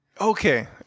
Okay